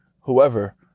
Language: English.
whoever